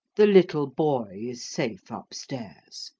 the little boy is safe up-stairs.